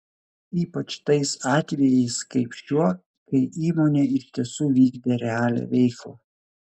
ypač tais atvejais kaip šiuo kai įmonė iš tiesų vykdė realią veiklą